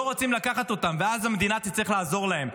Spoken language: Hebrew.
לא רוצים לקחת אותם, ואז המדינה תצטרך לעזור להם.